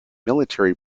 military